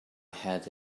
had